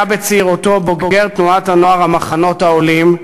בצעירותו בוגר תנועת הנוער "המחנות העולים",